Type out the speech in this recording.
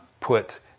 put